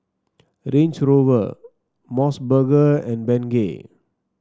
Range Rover MOS burger and Bengay